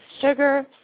sugar